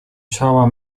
ciała